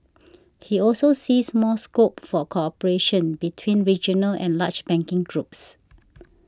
he also sees more scope for cooperation between regional and large banking groups